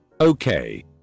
Okay